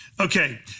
Okay